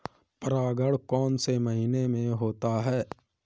परागण कौन से महीने में होता है?